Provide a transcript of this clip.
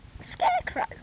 Scarecrow